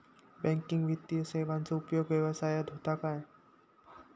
Banking वित्तीय सेवाचो उपयोग व्यवसायात होता काय?